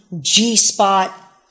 G-spot